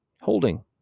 holding